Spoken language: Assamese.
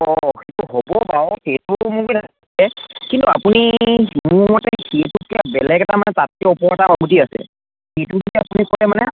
অ' সেইটো হ'ব বাৰু সেইটোও মোৰ তাত আছে কিন্তু আপুনি মোৰ মতে সেইটোতকৈ বেলেগ এটা মানে তাতকৈ ওপৰৰ এটা গুটি আছে সেইটো যদি আপুনি কৰে মানে